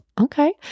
okay